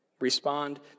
respond